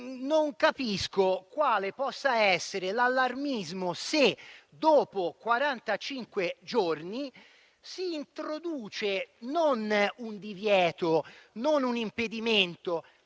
non capisco quale possa essere l'allarmismo se, dopo quarantacinque giorni, si introduce non un divieto, non un impedimento,